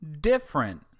different